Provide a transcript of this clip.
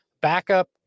backup